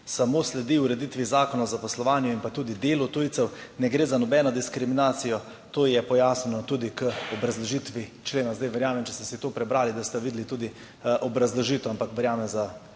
samo sledi ureditvi Zakona o zaposlovanju in delu tujcev. Ne gre za nobeno diskriminacijo. To je pojasnjeno tudi v obrazložitvi člena. Verjamem, če ste si to prebrali, da ste videli tudi obrazložitev, ampak verjamem, za